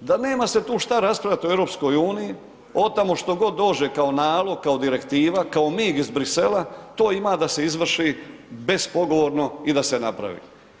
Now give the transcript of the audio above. da nema se tu šta raspravljati o EU-u, od tamo što god dođe kao nalog, kao direktiva, kao mig iz Bruxellesa, to ima da se izvrši bespogovorno i da se napravi.